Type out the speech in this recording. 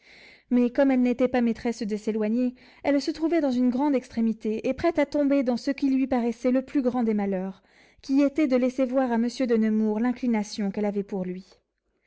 mais comme elle n'était pas maîtresse de s'éloigner elle se trouvait dans une grande extrémité et prête à tomber dans ce qui lui paraissait le plus grand des malheurs qui était de laisser voir à monsieur de nemours l'inclination qu'elle avait pour lui